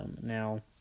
Now